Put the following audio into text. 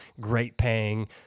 great-paying